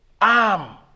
arm